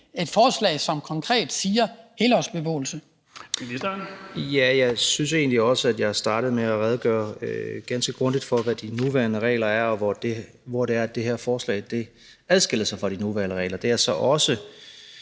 Dan Jørgensen (fg.): Ja, og jeg synes egentlig også, at jeg startede med at redegøre ganske grundigt for, hvad de nuværende regler er, og hvor det er, det her forslag adskiller sig fra de nuværende regler. Det, jeg så også